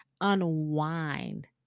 unwind